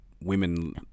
women